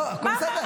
לא, הכול בסדר.